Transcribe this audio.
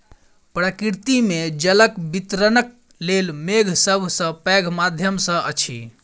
प्रकृति मे जलक वितरणक लेल मेघ सभ सॅ पैघ माध्यम अछि